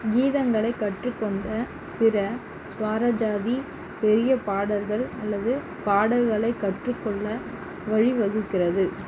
கீதங்களைக் கற்றுக்கொண்ட பிற ஸ்வராஜதி பெரிய பாடர்கள் அல்லது பாடல்களைக் கற்றுக் கொள்ள வழிவகுக்கிறது